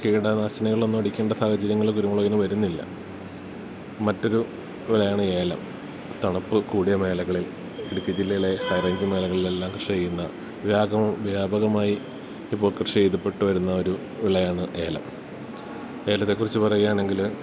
കീടനാശിനികളൊന്നുമടിക്കണ്ട സാഹചര്യങ്ങള് കുരുമുളകിനു വരുന്നില്ല മറ്റൊരു വിളയാണ് ഏലം തണുപ്പ് കൂടിയ മേഖലകളിൽ ഇടുക്കി ജില്ലയിലെ ഹൈ റേഞ്ച് മേഖലകളിലെല്ലാം കൃഷി ചെയ്യുന്ന വ്യാപകമായി ഇപ്പോൾ കൃഷി ചെയ്തപ്പെട്ടുവരുന്ന ഒരു വിളയാണ് ഏലം ഏലത്തെക്കുറിച്ചു പറയുകയാണെങ്കില്